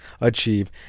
achieve